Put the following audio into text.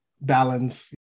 balance